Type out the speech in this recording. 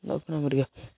ଦକ୍ଷିଣ କୋରିଆ